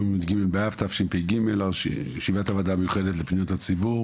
היום י"ג באב התשפ"ג שבעת הוועדה המיוחדת לפניות הציבור